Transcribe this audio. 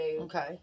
Okay